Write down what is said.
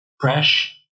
fresh